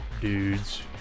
dudes